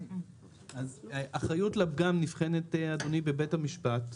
אחריות לפגם נבחנת בית המשפט,